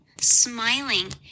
smiling